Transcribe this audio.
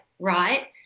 right